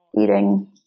eating